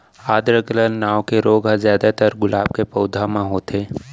आद्र गलन नांव के रोग ह जादातर गुलाब के पउधा म होथे